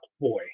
boy